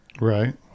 Right